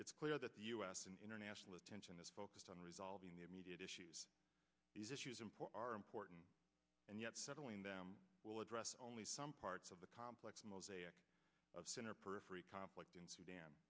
it's clear that the u s and international attention is focused on resolving the immediate issues issues import or importance and yet settling them will address only some parts of the complex mosaic of center periphery conflict in sudan